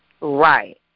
Right